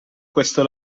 questo